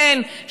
כן,